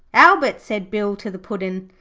albert said bill to the puddin',